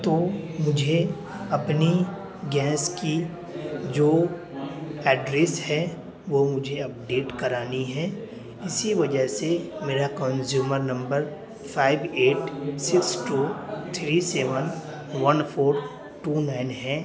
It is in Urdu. تو مجھے اپنی گیس کی جو ایڈریس ہے وہ مجھے اپڈیٹ کرانی ہے اسی وجہ سے میرا consumer number five eight six two three seven one four two nine ہے